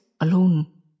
alone